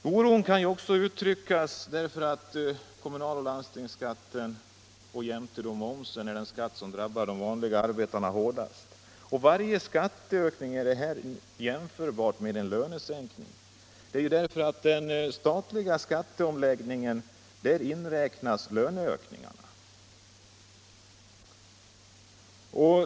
Kommunaloch landstingsskatten tillsammans med mervärdeskatten är de skatter som drabbar arbetarna hårdast. Varje skatteökning är detsamma som en lönesänkning. I den statliga skatteomläggningen inräknas nämligen löneökningarna.